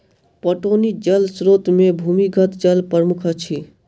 पटौनी जल स्रोत मे भूमिगत जल प्रमुख अछि